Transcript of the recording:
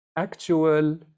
actual